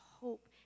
hope